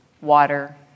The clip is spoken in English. water